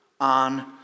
on